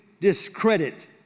discredit